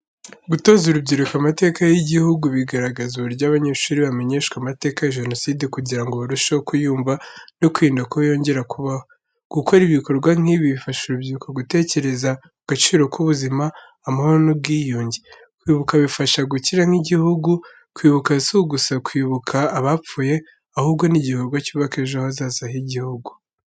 Gutoza urubyiruko amateka y’igihugu, bigaragaza uburyo abanyeshuri bamenyeshwa amateka ya Jenoside kugira ngo barusheho kuyumva no kwirinda ko yongera kubaho. Gukora ibikorwa nk'ibi bifasha urubyiruko gutekereza ku gaciro k’ubuzima, amahoro n'ubwiyunge. Kwibuka bifasha gukira nk’igihugu, kwibuka si gusa kwibuka abapfuye, ahubwo n'igikorwa cyubaka ejo hazaza h’igihugu.